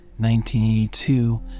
1982